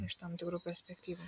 iš tam tikrų perspektyvų